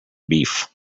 beef